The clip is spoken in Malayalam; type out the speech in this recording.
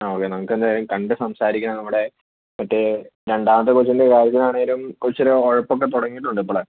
ആ ഓക്കെ നമുക്ക് എന്തായാലും കണ്ട് സംസാരിക്കാനാണ് നമ്മുടെ മറ്റേ രണ്ടാമത്തെ കൊച്ചിൻ്റെ കാര്യത്തിനാണെങ്കിലും കൊച്ചൊരു ഉഴപ്പൊക്കെ തുടങ്ങിയിട്ടുണ്ട് ഇപ്പോളേ